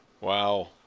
Wow